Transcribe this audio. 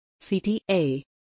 CTA